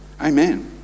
amen